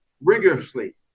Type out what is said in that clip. rigorously